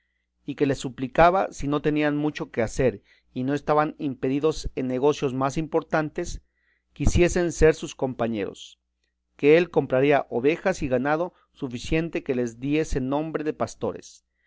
y que les suplicaba si no tenían mucho que hacer y no estaban impedidos en negocios más importantes quisiesen ser sus compañeros que él compraría ovejas y ganado suficiente que les diese nombre de pastores